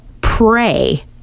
pray